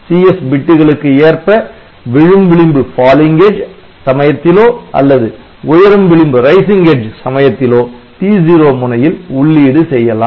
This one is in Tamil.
CS பிட்டுகளுக்கு ஏற்ப விழும் விளிம்பு சமயத்திலோ அல்லது உயரும் விளிம்பு சமயத்திலோ T0 முனையில் உள்ளீடு செய்யலாம்